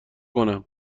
کنم